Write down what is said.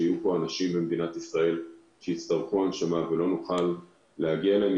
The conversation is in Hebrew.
שיהיו פה אנשים במדינת ישראל שיצטרכו הנשמה אבל לא נוכל להגיע אליהם,